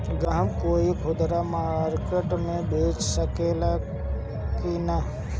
गर हम कोई खुदरा सवदा मारकेट मे बेच सखेला कि न?